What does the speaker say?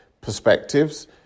perspectives